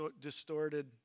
distorted